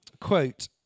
quote